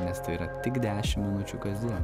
nes tai yra tik dešimt minučių kasdien